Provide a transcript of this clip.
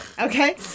Okay